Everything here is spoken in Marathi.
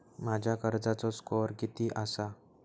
माझ्या कर्जाचो स्कोअर किती आसा?